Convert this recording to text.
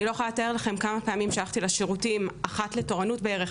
אני לא יכולה לתאר לכם כמה פעמים הלכתי לשירותים אחת לתורנות בערך,